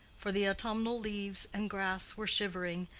for the autumnal leaves and grass were shivering,